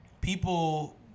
people